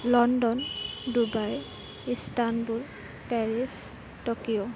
London Dubai Istanbul Paris Tokyo